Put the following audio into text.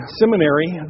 seminary